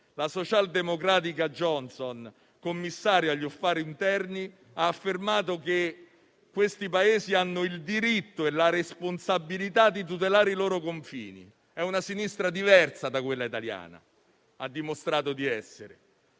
la socialdemocratica Johansson, commissaria agli affari interni, ha affermato che questi Paesi hanno il diritto e la responsabilità di tutelare i loro confini. È una sinistra che ha dimostrato di essere